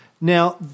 Now